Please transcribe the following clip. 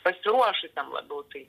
pasiruošusiem labiau tai